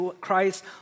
Christ